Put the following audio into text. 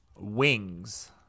wings